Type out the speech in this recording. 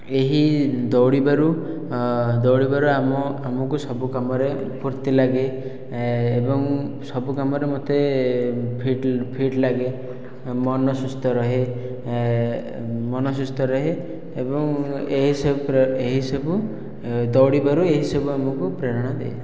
ଏହି ଦୌଡ଼ିବାରୁ ଦୌଡ଼ିବାରୁ ଆମକୁ ସବୁ କାମରେ ଫୁର୍ତ୍ତୀ ଲାଗେ ଏବଂ ସବୁ କାମରେ ମୋତେ ଫିଟ ଫିଟ ଲାଗେ ମନ ସୁସ୍ଥ ରୁହେ ମନ ସୁସ୍ଥ ରୁହେ ଏବଂ ଏହି ସବୁ ଦୌଡ଼ିବାରୁ ଏହି ସବୁ ଆମକୁ ପ୍ରେରଣା ଦିଏ